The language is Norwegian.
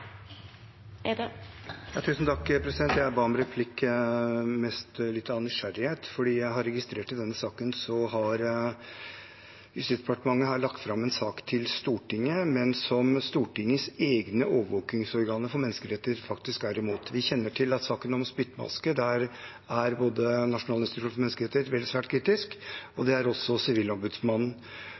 denne saken har Justisdepartementet lagt fram for Stortinget en sak som Stortingets egne overvåkingsorganer for menneskerettigheter faktisk er imot. Vi kjenner til at i saken om spyttmaske er både Norges institusjon for menneskerettigheter og Sivilombudsmannen svært kritiske. Mitt spørsmål er: